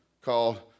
called